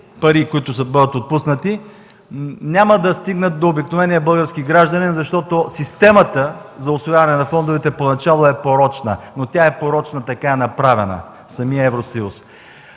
които бъдат отпуснати, няма да стигнат до обикновения български гражданин, защото системата за усвояване на фондовете поначало е порочна. Но тя порочно е направена в самия Евросъюз.